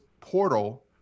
portal